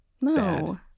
No